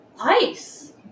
ICE